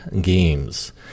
games